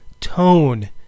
tone